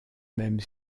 même